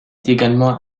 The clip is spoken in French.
également